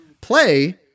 play